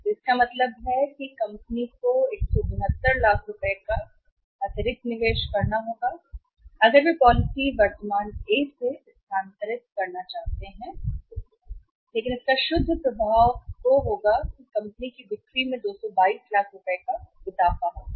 तो इसका मतलब है कि 169 लाख का अतिरिक्त निवेश करना होगा कंपनी अगर वे पॉलिसी वर्तमान ए से स्थानांतरित करना चाहते हैं लेकिन इसका शुद्ध प्रभाव वह होगा कंपनी की बिक्री में 222 लाख का इजाफा होगा